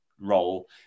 role